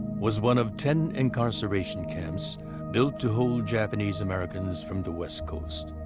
was one of ten incarceration camps built to hold japanese americans from the west coast.